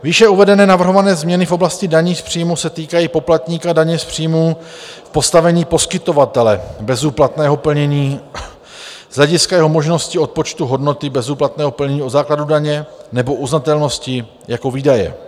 Výše uvedené navrhované změny v oblasti daní z příjmů se týkají poplatníka daně z příjmu v postavení poskytovatele bezúplatného plnění z hlediska jeho možnosti odpočtu hodnoty bezúplatného plnění od základu daně nebo uznatelnosti jako výdaje.